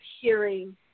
hearing